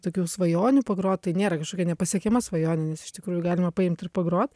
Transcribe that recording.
tokių svajonių pagrot tai nėra kažkokia nepasiekiama svajonė nes iš tikrųjų galima paimt ir pagrot